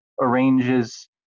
arranges